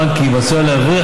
בבקשה, יעלה ויבוא.